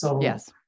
Yes